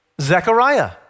Zechariah